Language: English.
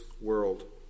world